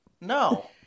No